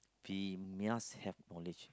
be must have knowledge